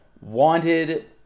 wanted